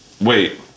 wait